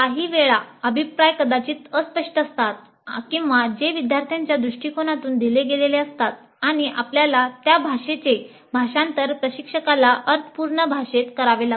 काही वेळा अभिप्राय कदाचित अस्पष्ट असतात किंवा जे विद्यार्थ्यांच्या दृष्टीकोनातून दिले गेलेले असतात आणि आपल्याला त्या भाषेचे भाषांतर प्रशिक्षकाला अर्थपूर्ण भाषेत करावे लागते